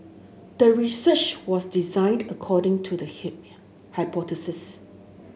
the research was designed according to the hypothesis